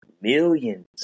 millions